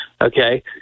Okay